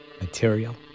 material